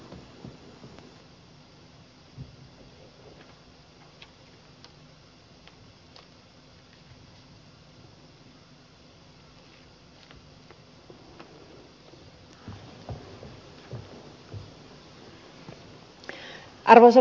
arvoisa puhemies